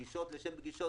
אז פגישות לשם פגישות,